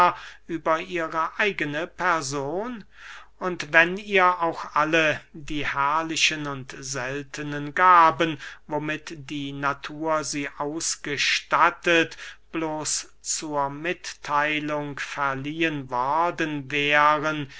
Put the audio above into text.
über ihre eigene person und wenn ihr auch alle die herrlichen und seltnen gaben womit die natur sie ausgestattet bloß zur mittheilung verliehen worden wären